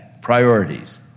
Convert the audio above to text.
priorities